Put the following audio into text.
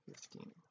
fifteen